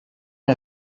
est